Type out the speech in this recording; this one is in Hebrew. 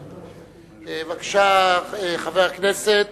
בבקשה, חבר הכנסת